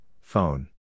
phone